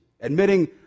Admitting